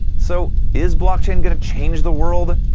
so is blockchain gonna change the world?